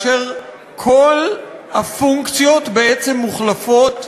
כל הפונקציות בעצם מוחלפות,